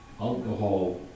alcohol